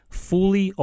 fully